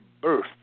birth